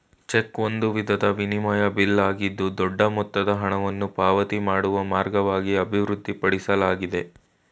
check ಒಂದು ವಿಧದ ವಿನಿಮಯ ಬಿಲ್ ಆಗಿದ್ದು ದೊಡ್ಡ ಮೊತ್ತದ ಹಣವನ್ನು ಪಾವತಿ ಮಾಡುವ ಮಾರ್ಗವಾಗಿ ಅಭಿವೃದ್ಧಿಪಡಿಸಲಾಗಿದೆ